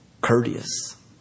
courteous